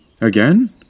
Again